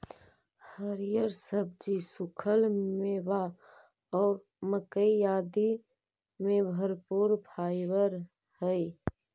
हरिअर सब्जि, सूखल मेवा और मक्कइ आदि में भरपूर फाइवर हई